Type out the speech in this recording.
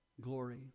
glory